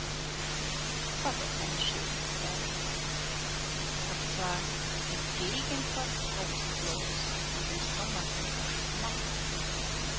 war doch eine schöne zeit obzwar die gegend war trostlos und im sommer zum verschmachten